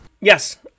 Yes